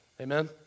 Amen